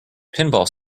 pinball